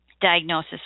diagnosis